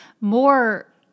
more